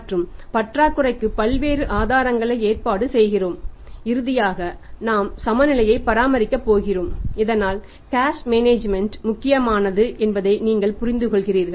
மற்றும் பற்றாக்குறைக்கு பல்வேறு ஆதாரங்களை ஏற்பாடு செய்கிறோம் இறுதியாக நாம் சமநிலையை பராமரிக்கப் போகிறோம் இதனால் கேஷ் மேனேஜ்மென்ட் முக்கியமானது என்பதை நீங்கள் புரிந்துகொள்கிறீர்கள்